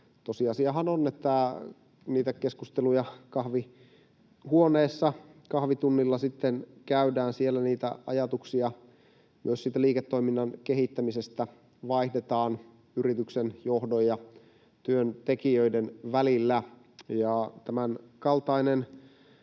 Tosiasiahan on, että niitä keskusteluja kahvihuoneessa kahvitunnilla sitten käydään. Siellä niitä ajatuksia myös siitä liiketoiminnan kehittämisestä vaihdetaan yrityksen johdon ja työntekijöiden välillä, ja tämänkaltainen